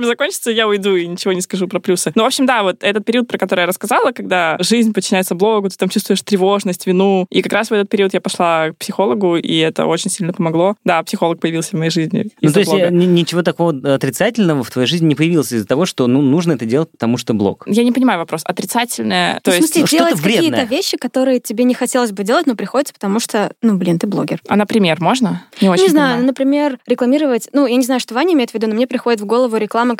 закончится, я уйду и ничего не скажу про плюсы. Ну, в общем, да, вот этот период, про который я рассказала, когда жизнь подчиняется блогу, ты там чувствуешь тревожность, вину. И как раз в этот период я пошла к психологу, и это очень сильно помогло. Да, психолог появился в моей жизни из-за Ну, то блога. есть я н- ничего такого отрицательного в твоей жизни не появилось из-за того, что, ну, нужно это делать, потому что блог? Я не понимаю вопрос. Отрицательное, Ну, то в есть- смысле, Ну, что-то делать какие-то вредное. вещи, которые тебе не хотелось бы делать, но приходится, потому что, ну, блин, ты блогер. А, например, можно? Не Ну, не очень знаю, понимаю. например, рекламировать. Ну, я не знаю, что Ваня имеет в виду, но мне приходит в голову реклама